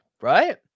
right